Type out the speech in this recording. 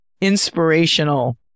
inspirational